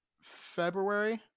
February